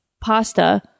pasta